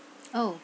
oh